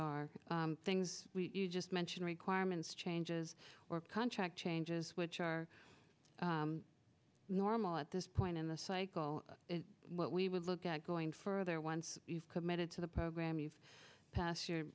are things you just mentioned requirements changes or contract changes which are normal at this point in the cycle what we would look at going further once you've committed to the program you've pas